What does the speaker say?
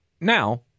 Now